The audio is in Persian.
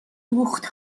دوخت